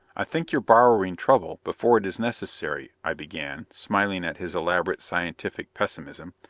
i think you're borrowing trouble before it is necessary i began, smiling at his elaborate, scientific pessimism.